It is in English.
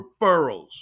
referrals